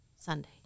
Sunday